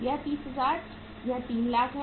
यह 30000 3 लाख है